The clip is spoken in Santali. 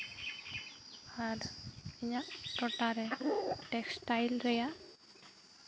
ᱟᱨ ᱤᱧᱟᱹᱜ ᱴᱚᱴᱷᱟᱨᱮ ᱴᱮᱠᱥᱴᱟᱭᱤᱞ ᱨᱮᱭᱟᱜ